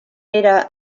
era